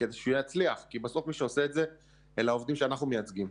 כדי שהוא יצליח כי בסוף מי שעושה את זה אלה העובדים שאנחנו מייצגים.